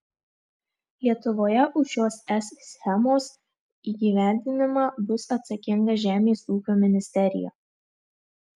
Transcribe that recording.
lietuvoje už šios es schemos įgyvendinimą bus atsakinga žemės ūkio ministerija